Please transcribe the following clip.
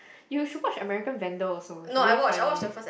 you should watch American Vandal also it's really funny